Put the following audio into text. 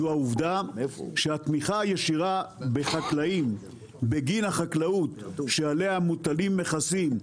זו העובדה שהתמיכה הישירה בחקלאים בגין החקלאות שעליה מוטלים מכסים,